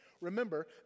Remember